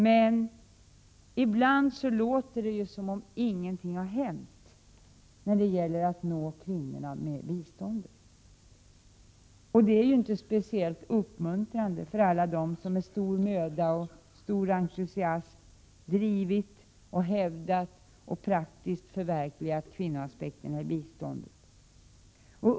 Men ibland låter det som om ingenting har hänt när det gäller att nå kvinnorna med biståndet, och det är inte speciellt uppmuntrande för alla dem som med stor möda och entusiasm drivit och hävdat och praktiskt förverkligat kvinnoaspekterna i biståndssammanhang.